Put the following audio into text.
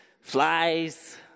flies